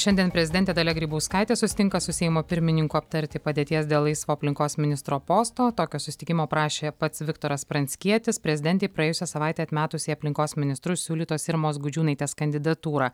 šiandien prezidentė dalia grybauskaitė susitinka su seimo pirmininku aptarti padėties dėl laisvo aplinkos ministro posto susitikimo prašė pats viktoras pranckietis prezidentei praėjusią savaitę atmetus į aplinkos ministrus siūlytos irmos gudžiūnaitės kandidatūrą